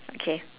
okay